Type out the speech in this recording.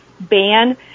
ban